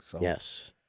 Yes